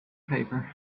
paper